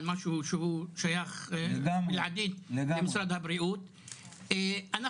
משהו שהוא שייך בלעדית למשרד הבריאות,